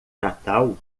natal